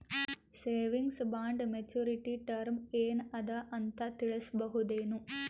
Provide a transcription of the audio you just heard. Savings bond maturity term ಏನ ಅದ ಅಂತ ತಿಳಸಬಹುದೇನು?